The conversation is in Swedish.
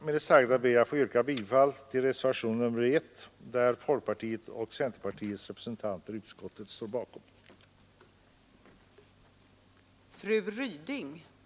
Med det sagda ber jag att få yrka bifall till reservationen 1 av folkpartisterna och centerpartisterna i skatteutskottet.